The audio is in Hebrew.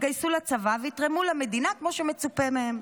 יתגייסו לצבא ויתרמו למדינה כמו שמצופה מהם.